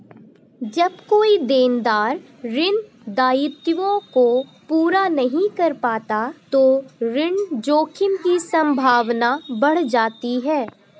जब कोई देनदार ऋण दायित्वों को पूरा नहीं कर पाता तो ऋण जोखिम की संभावना बढ़ जाती है